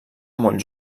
molt